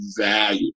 value